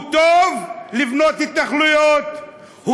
הוא טוב לבנות התנחלויות.